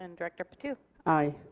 and director patu aye.